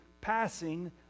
passing